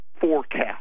forecast